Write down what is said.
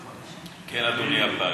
כן, אדוני הפג.